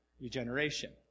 Regeneration